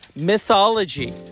Mythology